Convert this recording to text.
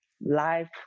life